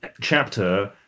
chapter